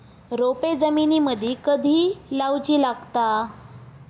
रोपे जमिनीमदि कधी लाऊची लागता?